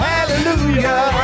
Hallelujah